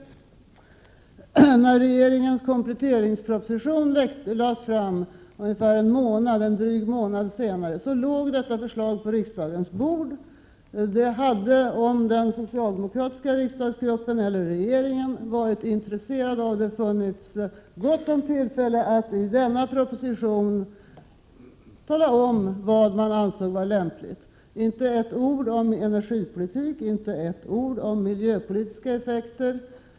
När regeringens kompletteringsproposition lades fram en dryg månad senare, låg detta förslag på riksdagens bord. Det hade, om den socialdemokratiska riksdagsgruppen eller regeringen varit intresserade av det, funnits rikliga tillfällen att i denna proposition tala om vad man ansåg vara lämpligt. Inte ett ord om energipolitik, inte ett ord om miljöpolitiska effekter!